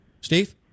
Steve